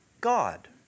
God